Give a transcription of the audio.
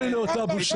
אוי לאותה בושה.